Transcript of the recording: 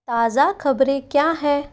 ताज़ा ख़बरें क्या है